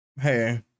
hey